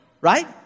right